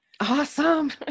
Awesome